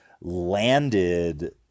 landed